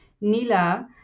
Nila